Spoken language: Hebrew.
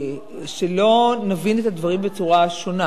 שלא נבין את הדברים בצורה שונה: